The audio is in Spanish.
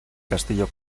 castillo